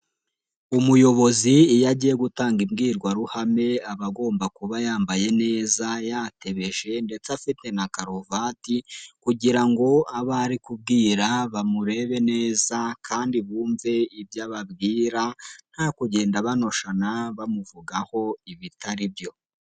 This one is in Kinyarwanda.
Umuyobozi iyo agiye gutanga imbwirwaruhame aba agomba kuba yambaye neza yatebeshe ndetse afite na karuvati kugira ngo abe ari kubwira bamurebe neza kandi bumve ibyo ababwira, nta kugenda banoshana bamuvugaho ibitari byo.